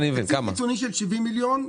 תקציב חיצוני של 70 מיליון.